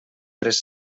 tres